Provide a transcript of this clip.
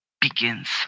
begins